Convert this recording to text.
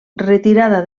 retirada